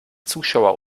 zuschauer